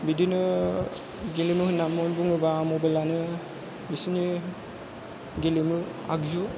बिदिनो गेलेमु होननानै बुङोब्ला मबाइलानो बिसोरनि गेलेमु आगजु